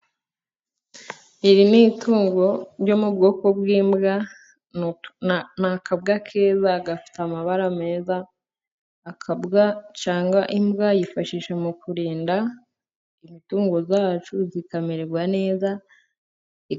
Iri ni itungo ryo mu bwoko bw'imbwa, ni akabwa keza gafite amabara meza. Akabwa cyangwa imbwa yifashishwa mu kurinda imitungo yacu ikamererwa neza.